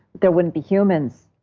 there wouldn't be humans.